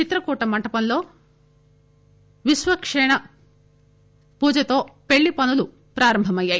చిత్రకూట మండపంలో విశ్వకేణ పూజతో పెండ్లి పనులు ప్రారంభమయ్యాయి